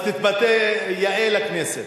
אז תתבטא יאה לכנסת.